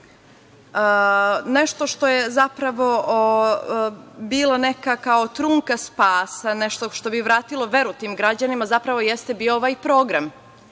Nešto što je zapravo bila neka kao trunka spasa, nešto što bi vratilo veru tim građanima zapravo jeste bio ovaj program.